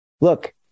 look